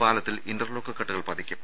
പാലത്തിൽ ഇന്റർലോക്ക് കട്ടകൾ പതിക്കും